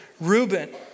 Reuben